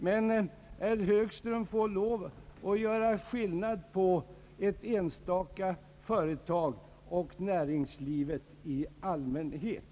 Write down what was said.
Herr Högström får lov att skilja på ett enstaka företag och näringslivet i allmänhet.